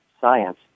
science